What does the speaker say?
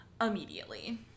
immediately